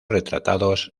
retratados